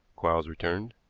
quarles returned.